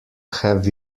have